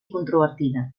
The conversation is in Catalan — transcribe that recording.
controvertida